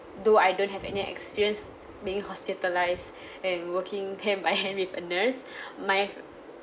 though I don't have any experience being hospitalised and working hand by hand with a nurse my